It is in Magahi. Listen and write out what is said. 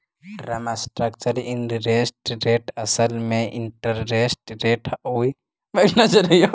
टर्म स्ट्रक्चर इंटरेस्ट रेट असल में इंटरेस्ट रेट आउ मैच्योरिटी से जुड़ल होवऽ हई